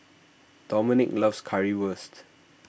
Dominque loves Currywurst